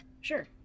Sure